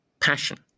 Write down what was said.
passion